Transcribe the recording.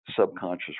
subconscious